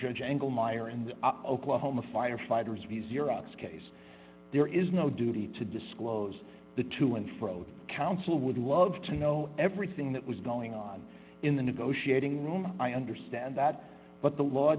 judge engle meyer and oklahoma firefighters abuse iraq's case there is no duty to disclose the to and fro council would love to know everything that was going on in the negotiating room i understand that but the law